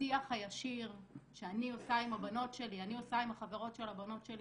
והשיח הישיר שאני עושה עם הבנות שלי ועם החברות של הבנות שלי,